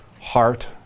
heart